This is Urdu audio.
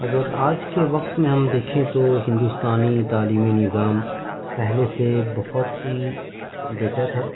اگر آج کے وقت میں ہم دیکھیں تو ہندوستانی تعلیمی نظام پہلے سے بہت ہی بٹر ہے